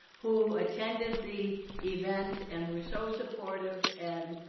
who attended the event and were so supportive. and,